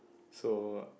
so